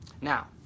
Now